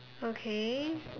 okay